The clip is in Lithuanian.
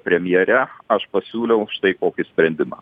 premjere aš pasiūliau štai kokį sprendimą